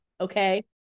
Okay